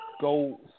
go